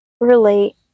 relate